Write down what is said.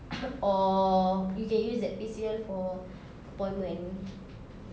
or you can use the P_C_L for appointment